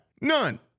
None